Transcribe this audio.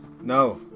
No